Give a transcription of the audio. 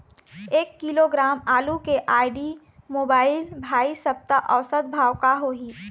एक किलोग्राम आलू के आईडी, मोबाइल, भाई सप्ता औसत भाव का होही?